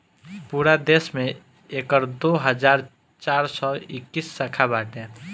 पूरा देस में एकर दो हज़ार चार सौ इक्कीस शाखा बाटे